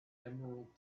emerald